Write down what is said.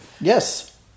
Yes